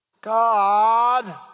God